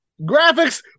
Graphics